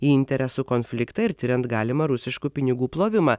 į interesų konfliktą ir tiriant galimą rusiškų pinigų plovimą